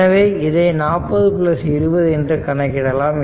எனவே இதை 4020 என்று கணக்கிடலாம்